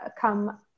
come